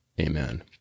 Amen